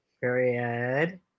period